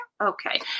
Okay